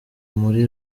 muri